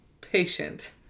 patient